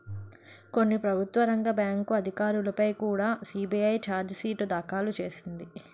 కొన్ని ప్రభుత్వ రంగ బ్యాంకు అధికారులపై కుడా సి.బి.ఐ చార్జి షీటు దాఖలు చేసింది